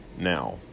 Now